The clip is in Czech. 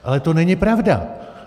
Ale to není pravda!